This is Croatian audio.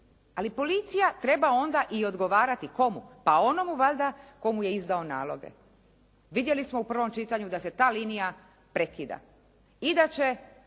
Ali policija treba onda i odgovarati. Komu? Pa onomu valjda tko mu je izdao naloge. Vidjeli smo u prvom čitanju da se ta linija prekida i da će